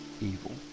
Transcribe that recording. evil